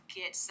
get